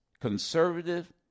conservative